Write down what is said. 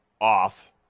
off